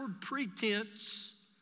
pretense